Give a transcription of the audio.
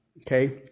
okay